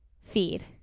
feed